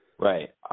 Right